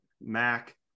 Mac